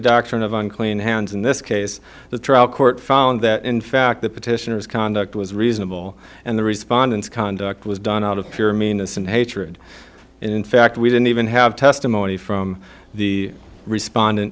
doctrine of unclean hands in this case the trial court found that in fact the petitioners conduct was reasonable and the respondents conduct was done out of pure meanness and hatred and in fact we didn't even have testimony from the respondent